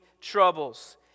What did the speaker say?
troubles